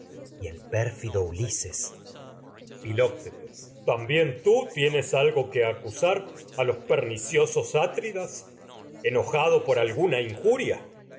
y estado con el pérfido ulises que filoctetes también tii tienes algo enojado por acusar a los perniciosos atridas alguna injuria